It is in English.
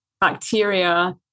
bacteria